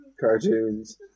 cartoons